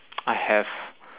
I have